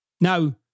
Now